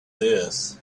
this